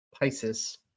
pisces